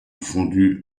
fondu